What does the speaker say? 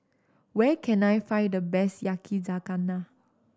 where can I find the best Yakizakana